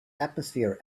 atmosphere